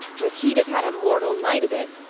but he'd have had a mortal night of it!